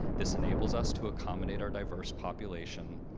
this enables us to accommodate our diverse population.